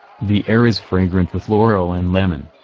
the air is fragrant with laurel and lemon.